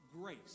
grace